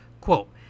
Quote